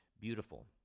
beautiful